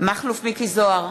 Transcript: מכלוף מיקי זוהר,